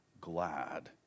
glad